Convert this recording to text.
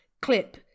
Clip